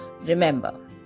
remember